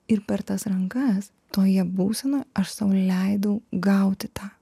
ir per tas rankas tokje būsenoj aš sau leidau gauti tą